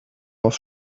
was